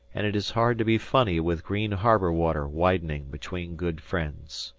and it is hard to be funny with green harbour-water widening between good friends.